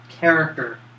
character